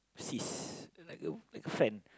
sis like a like a friend